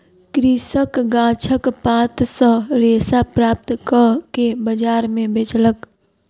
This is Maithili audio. कृषक गाछक पात सॅ रेशा प्राप्त कअ के बजार में बेचलक